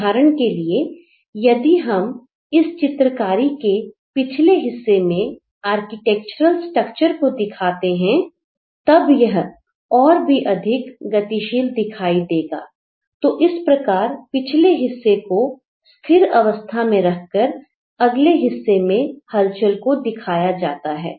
उदाहरण के लिए यदि हम इस चित्रकारी के पिछले हिस्से में आर्किटेक्चरल स्ट्रक्चर को दिखाते हैं तब यह और अधिक गतिशील दिखाई देगा तो इस प्रकार पिछले हिस्से को स्थिर अवस्था में रखकर अगले हिस्से में हलचल को दिखाया जाता है